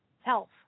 health